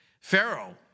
Pharaoh